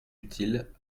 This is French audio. utiles